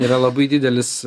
yra labai didelis